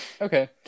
okay